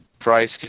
price